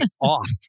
off